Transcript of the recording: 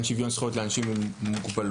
שוויון זכויות לאנשים עם מוגבלויות.